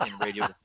radio